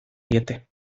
diete